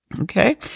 Okay